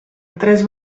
tres